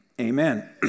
amen